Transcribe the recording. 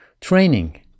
training